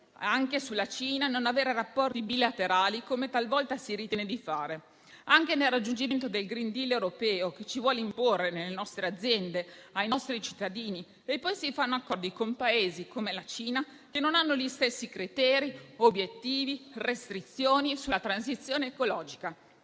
comune sulla Cina e non avere rapporti bilaterali, come talvolta si ritiene di fare, anche nel raggiungimento del *green deal* europeo, che si vuole imporre alle nostre aziende e ai nostri cittadini, facendo poi accordi con Paesi come la Cina, che non hanno gli stessi criteri, obiettivi e restrizioni sulla transizione ecologica.